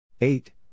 Eight